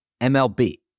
MLB